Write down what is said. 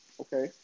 Okay